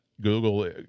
Google